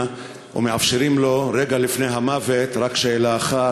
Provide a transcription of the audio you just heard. ומאפשרים לו רגע לפני המוות רק שאלה אחת,